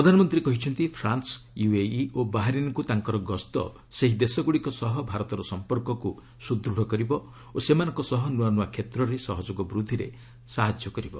ପ୍ରଧାନମନ୍ତ୍ରୀ କହିଛନ୍ତି France UAE ଓ ବାହାରିନ୍କୁ ତାଙ୍କର ଗସ୍ତ ସେହି ଦେଶଗ୍ରଡ଼ିକ ସହ ଭାରତର ସମ୍ପର୍କକୁ ସୁଦୂଢ଼ କରିବ ଓ ସେମାନଙ୍କ ସହ ନୁଆ ନୁଆ କ୍ଷେତ୍ରରେ ସହଯୋଗ ବୃଦ୍ଧିରେ ସହାୟତା କରିବ